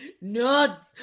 nuts